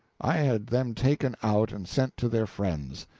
i had them taken out and sent to their friends.